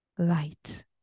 Light